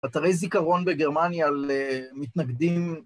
אתרי זיכרון בגרמניה למתנגדים